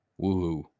Woohoo